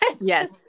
Yes